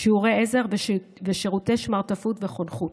שיעורי עזר ושירותי שמרטפות וחונכות,